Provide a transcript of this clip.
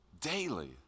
Daily